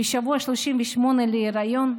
בשבוע ה-38 להיריון,